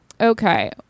Okay